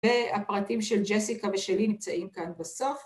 ‫והפרטים של ג'סיקה ושלי ‫נמצאים כאן בסוף.